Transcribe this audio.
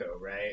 right